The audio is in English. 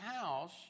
house